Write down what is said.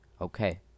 okay